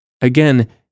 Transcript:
Again